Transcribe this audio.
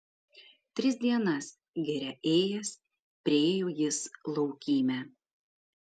tris dienas giria ėjęs priėjo jis laukymę